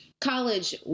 college